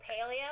paleo